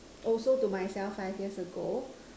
also to myself five years ago